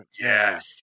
Yes